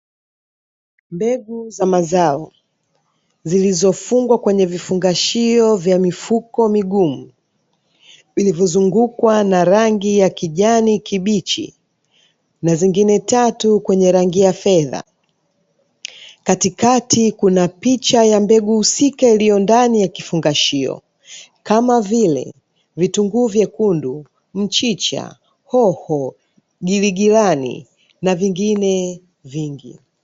Mbegu za mazao zilizofungwa kwenye vifungashio vya mifuko migumu, vilivyozungukwa na rangi ya kijani kibichi, na zingine tatu kwenye rangi ya fedha. Katikati kuna picha ya mbegu husika iliyo ndani ya kifungashio kama vile: vitunguu vyekundu, mchicha, hoho, giligilani, na vingine vingi.